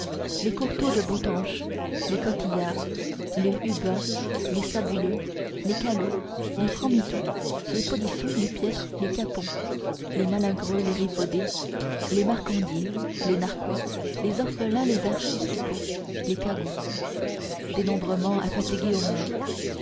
les courtauds de boutanche les coquillarts les hubins les sabouleux les calots les francs mitoux les polissons les piètres les capons les malingreux les rifodés les marcandiers les narquois les orphelins les archisuppôts les cagoux dénombrement à fatiguer homère au